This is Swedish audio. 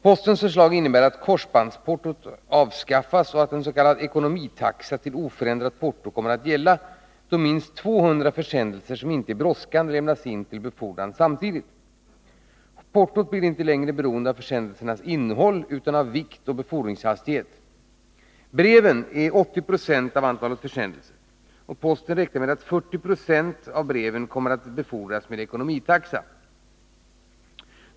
Postens förslag innebär att korsbandsportot avskaffas och att en s.k. ekonomitaxa till oförändrat porto kommer att gälla då minst 200 försändelser, som inte är brådskande, lämnas in till befordran samtidigt. Portot blir inte längre beroende av försändelsernas innehåll utan av vikt och befordringshastighet. Breven utgör 80 20 av antalet försändelser. Posten räknar med att 40 20 av breven kommer att befordras med ekonomitaxa.